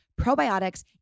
probiotics